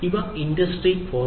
ഇവ ഇൻഡ്സ്ട്രി 4